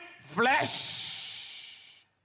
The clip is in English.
flesh